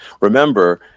remember